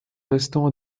restant